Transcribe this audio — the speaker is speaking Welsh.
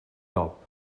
dop